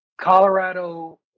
Colorado